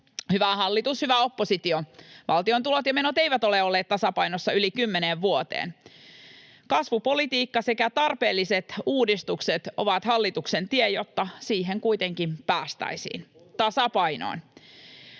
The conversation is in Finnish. hyvä hallitus, hyvä oppositio, valtion tulot ja menot eivät ole olleet tasapainossa yli kymmeneen vuoteen. Kasvupolitiikka sekä tarpeelliset uudistukset ovat hallituksen tie, jotta siihen kuitenkin päästäisiin, tasapainoon.